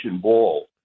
ball